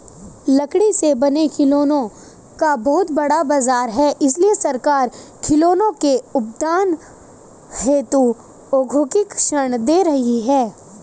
लकड़ी से बने खिलौनों का बहुत बड़ा बाजार है इसलिए सरकार खिलौनों के उत्पादन हेतु औद्योगिक ऋण दे रही है